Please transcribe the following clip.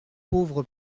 pauvre